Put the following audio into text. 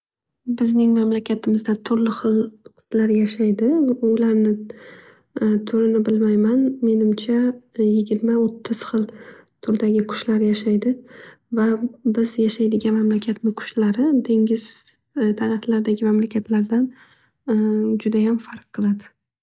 Bizning mamlakatimizda turli xil qushlar yashaydi. Bularni turini bilmayman menimcha yigirma o'ttiz xil turdagi qushlar yashaydi. Va biz yashaydigan mamalakatni qushlari dengiz tarafllardagi mamlakatlardan judayam farq qiladi.